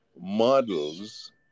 models